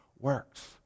works